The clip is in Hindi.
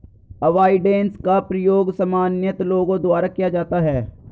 अवॉइडेंस का प्रयोग सामान्यतः लोगों द्वारा किया जाता है